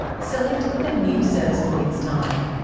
select the new service bookings tile.